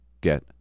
get